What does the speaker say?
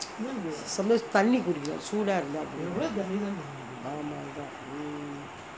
sometimes தண்ணீ குடிக்கணும் சூடா இருந்தா அப்டி தான் ஆமா அதா:thanni kudikkanum soodaa irunthaa apdi thaan aama athaa mm